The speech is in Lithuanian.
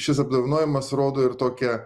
šis apdovanojimas rodo ir tokią